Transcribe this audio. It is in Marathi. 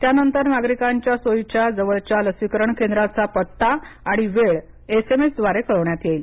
त्यानंतर नागरिकांच्या सोयीच्या जवळच्या लसीकरण केंद्राचा पत्ता आणि वेळ ही एस एम एस द्वारे कळवण्यात येईल